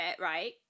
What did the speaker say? right